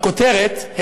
בכותרת,